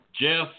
Jeff